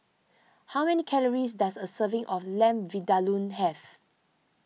how many calories does a serving of Lamb Vindaloo have